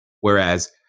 Whereas